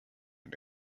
and